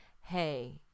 Hey